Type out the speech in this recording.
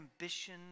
ambition